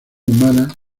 humana